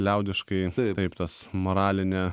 liaudiškai taip tas moralinę